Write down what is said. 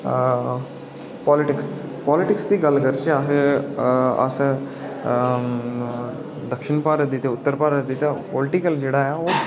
politics दी गल्ल करचै अगर अस पॉलिटिक्स दक्षिण भारत दी उत्तर भारत दी जेह्ड़ा ऐ